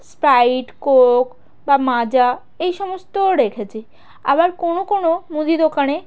Sprite Coke বা মাজা এই সমস্তও রেখেছে আবার কোনো কোনো মুদি দোকানে